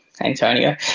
Antonio